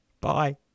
Bye